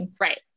Right